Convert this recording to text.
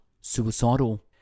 suicidal